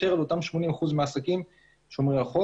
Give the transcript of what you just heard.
אותם 80 אחוזים מהעסקים שומרי החוק.